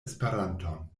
esperanton